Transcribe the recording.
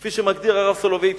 כפי שמגדיר הרב סולובייצ'יק.